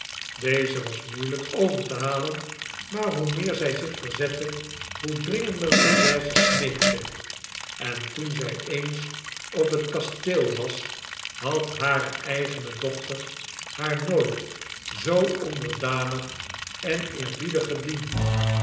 deze was moeielyk over te halen maar hoe meer zy zich verzette hoe dringender therese smeekte en toen zy eens op het kasteel was had hare eigene dochter haar nooit zoo onderdanig en eerbiedig gediend